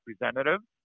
Representatives